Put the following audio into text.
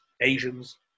Asians